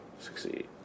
succeed